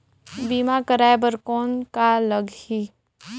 बीमा कराय बर कौन का लगही?